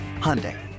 Hyundai